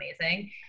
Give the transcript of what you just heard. amazing